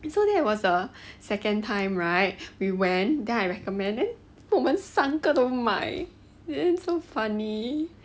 it's so that was a second time right we went then I recommend then 我们三个都买 then so funny